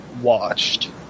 watched